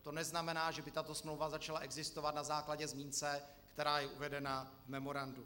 To neznamená, že by tato smlouva začala existovat na základě zmínky, která je uvedena v memorandu.